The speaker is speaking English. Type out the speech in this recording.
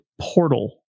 portal